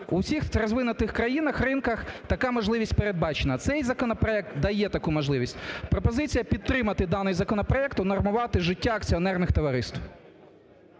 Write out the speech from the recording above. У всіх розвинутих країнах ринках така можливість передбачена. Цей законопроект дає таку можливість. Пропозиція: підтримати даний законопроект, унормувати життя акціонерних товариств.